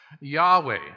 Yahweh